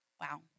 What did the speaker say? Wow